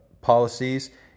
policies